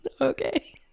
okay